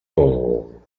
por